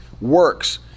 works